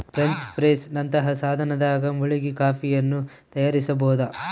French press ನಂತಹ ಸಾಧನದಾಗ ಮುಳುಗಿ ಕಾಫಿಯನ್ನು ತಯಾರಿಸಬೋದು